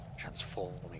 transforming